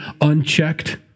unchecked